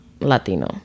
Latino